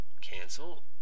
Cancel